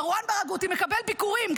מרואן ברגותי מקבל ביקורים,